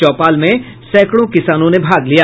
चौपाल में सेंकड़ों किसानों ने भाग लिया